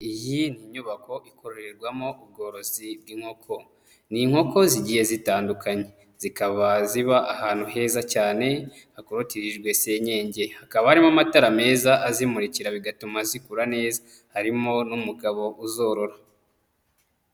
Iyi ni inyubako ikorerwamo ubworozi bw'inkoko. Ni inkoko zigiye zitandukanye, zikaba ziba ahantu heza cyane, hakorotirijwe senyenge, hakaba harimo amatara meza azimurikira bigatuma zikura neza, harimo n'umugabo uzorora.